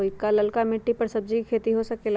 का लालका मिट्टी कर सब्जी के भी खेती हो सकेला?